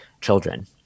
children